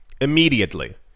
immediately